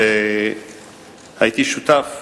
והייתי שותף